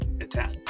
attack